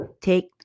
take